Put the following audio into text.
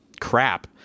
crap